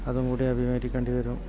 അതും കൂടി അഭിമുഖീകരിക്കേണ്ടി വരും